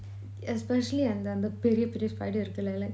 especially அந்த அந்த பெரிய பெரிய:antha antha periya periya spider இருக்குல்ல:irukula